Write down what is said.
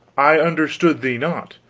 i understood thee not.